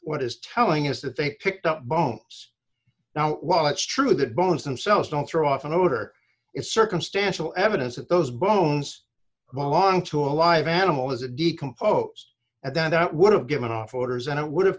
what is telling is that they picked up bones now while it's true that bones themselves don't throw off an odor it's circumstantial evidence that those bones belong to a live animal as a decomposed and then that would have given off orders and it would have